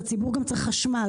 הציבור צריך גם חשמל,